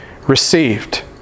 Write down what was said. received